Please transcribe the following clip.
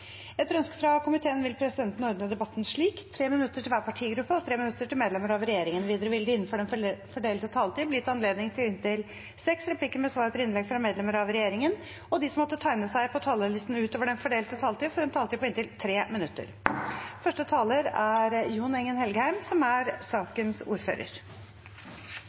Etter ønske fra kommunal- og forvaltningskomiteen vil presidenten ordne debatten slik: 3 minutter til hver partigruppe og 3 minutter til medlemmer av regjeringen. Videre vil det – innenfor den fordelte taletid – bli gitt anledning til inntil seks replikker med svar etter innlegg fra medlemmer av regjeringen, og de som måtte tegne seg på talerlisten utover den fordelte taletid, får også en taletid på inntil 3 minutter. Saken handler om forhøyet straff for utlendinger som er